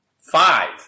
five